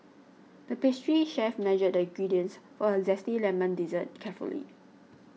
the pastry chef measured the ingredients for a Zesty Lemon Dessert carefully